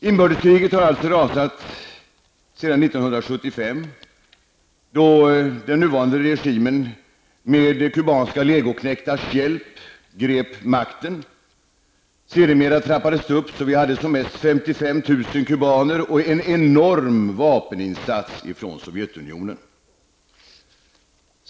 Inbördeskriget har alltså rasat sedan 1975, då den nuvarande regimen med kubanska legoknektars hjälp grep makten. Sedermera trappades det hela upp. Som mest deltog 55 000 kubaner, och en enorm vapeninsats gjordes från Sovjetunionen.